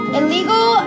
illegal